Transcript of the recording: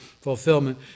Fulfillment